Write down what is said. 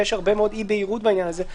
יש הרבה אי-בהירות בעניין הזה.